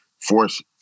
force